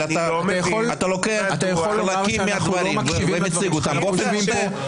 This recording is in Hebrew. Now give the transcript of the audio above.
אבל אתה לוקח חלקים מהדברים ומציג אותם באופן אחר.